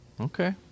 okay